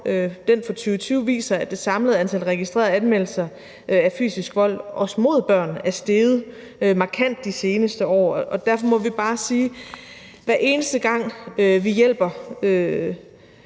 den fra 2020 viser, at det samlede antal registrerede anmeldelser af fysisk vold også mod børn er steget markant de seneste år, og derfor må vi bare sige, at vi, hver eneste gang vi hjælper